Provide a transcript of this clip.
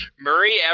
Murray